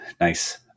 nice